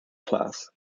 class